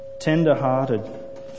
tender-hearted